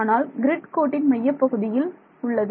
ஆனால் க்ரிட் கோட்டின் மையப்புள்ளியில் உள்ளது